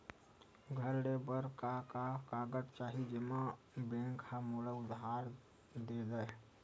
घर ले बर का का कागज चाही जेम मा बैंक हा मोला उधारी दे दय?